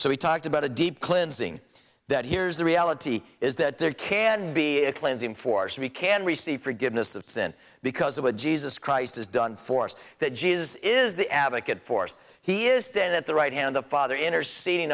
so we talked about a deep cleansing that here's the reality is that there can be a cleansing force or we can receive forgiveness of sin because of a jesus christ has done for us that jesus is the advocate for us he is dead at the right and the father interceding